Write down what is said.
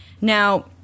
Now